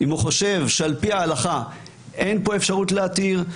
אם הוא חושב שעל פי ההלכה, אין פה אפשרות להתיר,